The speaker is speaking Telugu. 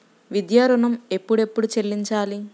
విద్యా ఋణం ఎప్పుడెప్పుడు చెల్లించాలి?